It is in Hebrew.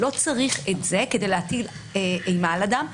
לא צריך את זה כדי להטיל אימה על אדם,